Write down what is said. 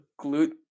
glute